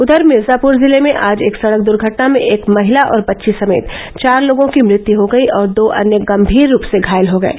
उधर मिर्जापुर जिले में आज एक सड़क दुर्घटना में एक महिला और बच्ची समेत चार लोगों की मृत्य हो गयी और दो अन्य गम्भीर रूप से घायल हो गये